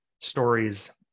stories